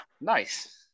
Nice